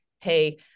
hey